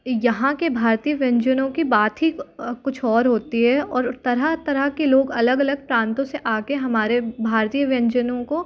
यहाँ के भारतीय व्यंजनों की बात ही कुछ और होती है और तरह तरह के लोग अलग अलग प्रान्तों से आ कर हमारे भारतीय व्यंजनों को